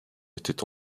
était